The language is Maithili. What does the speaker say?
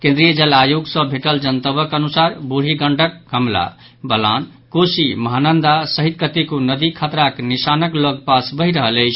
केन्द्रीय जल आयोग सॅ भेटल जनतबक अनुसार बूढ़ी गंडक कमला बलान कोसी महानंदा सहित कतेको नदी खतराक निशानक लगपास बहि रहल अछि